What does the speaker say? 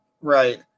Right